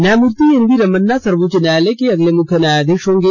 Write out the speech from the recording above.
न्यायमूर्ति N V Ramana सर्वोच्च न्यायालय के अगले मुख्य न्यायाधीश होंगे